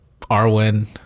Arwen